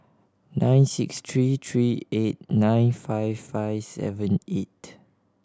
nine six three three eight nine five five seven eight